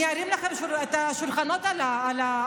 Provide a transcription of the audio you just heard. אני ארים לכם את השולחנות על הראש.